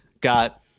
got